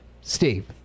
Steve